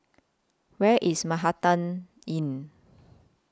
Where IS Manhattan Inn